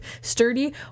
sturdy